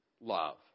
love